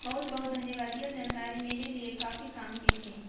बहुत बहुत धन्यवाद यह जानकारी मेरे लिए काफ़ी काम की थी